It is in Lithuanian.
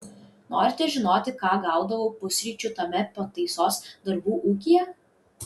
norite žinoti ką gaudavau pusryčių tame pataisos darbų ūkyje